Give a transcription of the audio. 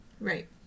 Right